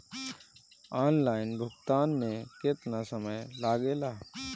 Online भुगतान में केतना समय लागेला?